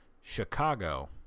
Chicago